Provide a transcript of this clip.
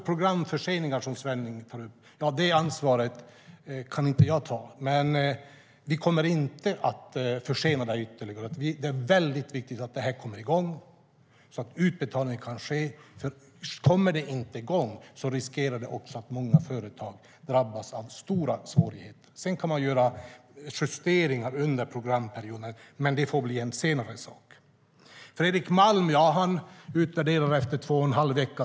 Håkan Svenneling tar upp programförseningar. Det ansvaret kan inte jag ta, men vi kommer inte att försena programmet ytterligare. Det är viktigt att det kommer igång så att utbetalning kan ske. Om det inte kommer igång riskerar många företag att drabbas av stora svårigheter. Sedan kan justeringar göras under programperioden, men det får bli en senare sak. Fredrik Malm gör en utvärdering efter två och en halv vecka.